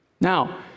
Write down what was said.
Now